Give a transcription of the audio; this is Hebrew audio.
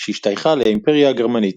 שהשתייכה לאימפריה הגרמנית.